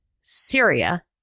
Syria